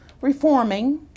reforming